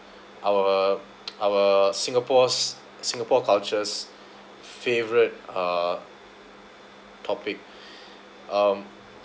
our our Singapore's singapore cultures favourite uh topic um